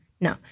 No